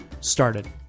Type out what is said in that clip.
started